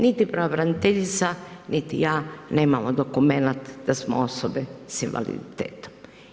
Niti pravobraniteljica, niti ja nemamo dokumenat da smo osobe s invaliditetom.